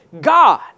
God